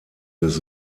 des